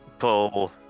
pull